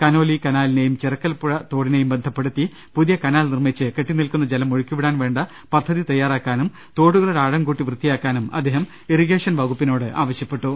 Conolly കനാ ലിനെയും ചിറക്കൽ ചെറുപുഴ തോടിനെയും ബന്ധപ്പെടുത്തി പു തിയ കനാൽ നിർമ്മിച്ച് കെട്ടി നിൽക്കുന്ന ജലം ഒഴുക്കിവിടാൻ വേ ണ്ട പദ്ധതി തയ്യാറാക്കാനും തോടുകളുടെ ആഴം കൂട്ടി വൃത്തിയാ ക്കാനും അദ്ദേഹം ഇറിഗേഷൻ വകുപ്പിനോട് ആവശ്യപ്പെട്ടു